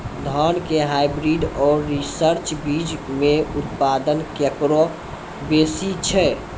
धान के हाईब्रीड और रिसर्च बीज मे उत्पादन केकरो बेसी छै?